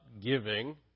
giving